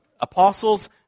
apostles